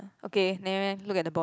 okay never mind look at the boy